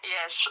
Yes